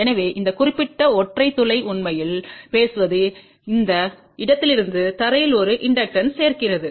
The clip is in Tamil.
எனவே இந்த குறிப்பிட்ட ஒற்றை துளை உண்மையில் பேசுவது இந்த இடத்திலிருந்து தரையில் ஒரு இண்டக்டன்ஸ் சேர்க்கிறது